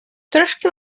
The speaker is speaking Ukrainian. трошки